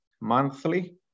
monthly